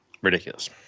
Ridiculous